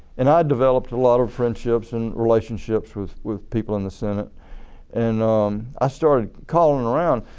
and i'd developed a lot of friendships and relationships with with people in the senate and i started calling around.